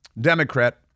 Democrat